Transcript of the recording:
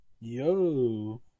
Yo